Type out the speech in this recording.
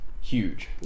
huge